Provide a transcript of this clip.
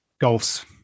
golf's –